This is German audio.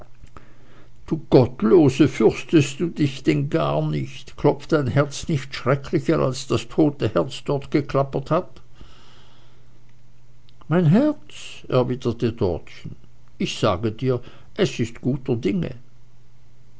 du gottlose fürchtest du dich denn gar nicht klopft dein herz nicht schrecklicher als das tote herz dort geklappert hat mein herz antwortete dortchen ich sage dir es ist guter dinge